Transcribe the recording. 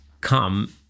come